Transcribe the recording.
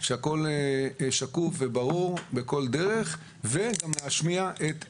כשהכול שקוף וברור בכל דרך וגם להשמיע את עמדתם.